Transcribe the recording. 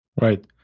Right